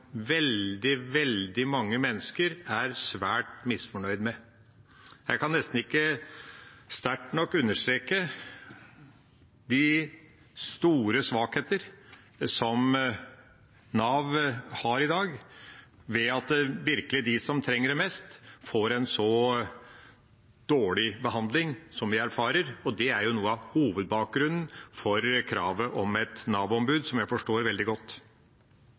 veldig, veldig mange mennesker er svært misfornøyd med. Jeg kan nesten ikke sterkt nok understreke de store svakheter som Nav har i dag, ved at de som virkelig trenger det mest, får en så dårlig behandling som vi erfarer. Det er noe av hovedbakgrunnen for kravet om et Nav-ombud, som jeg forstår veldig godt.